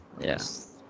yes